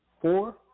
four